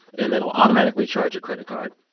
and that will automatically charge your credit card.